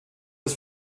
des